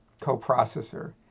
coprocessor